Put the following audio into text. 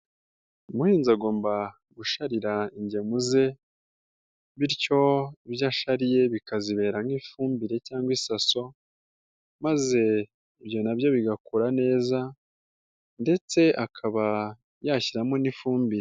Umuhinzi agomba gusharira ingemu ze bityo ibyo ashariye bikazibera nk'ifumbire cyangwa isaso maze ibyo nabyo bigakura neza ndetse akaba yashyiramo n'ifumbire.